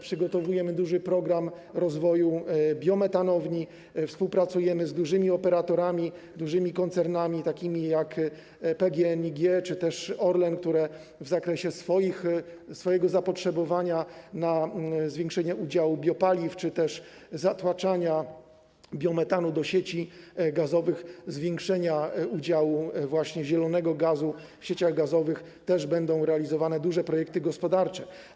Przygotowujemy duży program rozwoju biometanowni, współpracujemy z dużymi operatorami, dużymi koncernami, takimi jak PGNiG czy też Orlen, które w zakresie swojego zapotrzebowania na zwiększenie udziału biopaliw czy też zatłaczania biometanu do sieci gazowych, zwiększenia udziału właśnie zielonego gazu w sieciach gazowych też będą realizowały duże projekty gospodarcze.